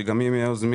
שגם היא מהיוזמים,